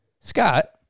Scott